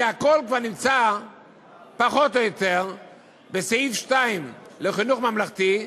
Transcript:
כי הכול כבר נמצא פחות או יותר בסעיף 2 לחוק חינוך ממלכתי,